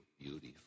beautiful